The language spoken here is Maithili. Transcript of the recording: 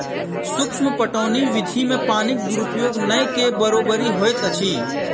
सूक्ष्म पटौनी विधि मे पानिक दुरूपयोग नै के बरोबरि होइत अछि